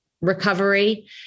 recovery